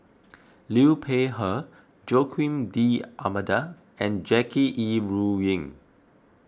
Liu Peihe Joaquim D'Almeida and Jackie Yi Ru Ying